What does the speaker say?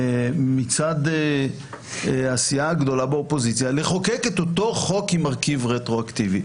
מצד הסיעה הגדולה באופוזיציה לחוקק את אותו חוק עם מרכיב רטרואקטיבי.